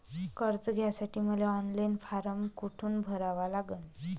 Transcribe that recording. कर्ज काढासाठी मले ऑनलाईन फारम कोठून भरावा लागन?